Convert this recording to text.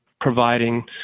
providing